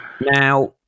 Now